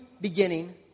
beginning